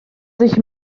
sich